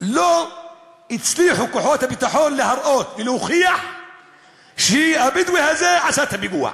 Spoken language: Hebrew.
לא הצליחו כוחות הביטחון להראות ולהוכיח שהבדואי הזה עשה את הפיגוע?